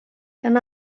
gan